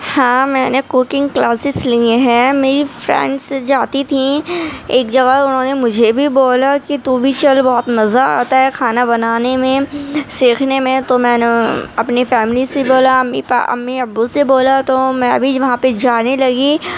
ہاں میں نے کوکنگ کلاسز لیے ہیں میری فرینڈس جاتی تھیں ایک جگہ اُنہوں نے مجھے بھی بولا کہ تو بھی چل بہت مزہ آتا ہے کھانا بنانے میں سیکھنے میں تو میں نے اپنی فیملی سے بولا امّی امّی ابو سے بولا تو میں بھی وہاں پہ جانے لگی